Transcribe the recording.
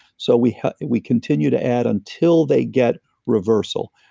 so we we continue to add until they get reversal.